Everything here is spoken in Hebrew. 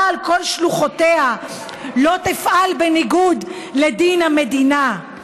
על כל שלוחותיה לא תפעל בניגוד לדין המדינה.